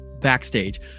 backstage